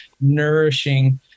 nourishing